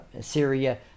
Syria